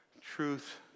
truth